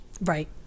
Right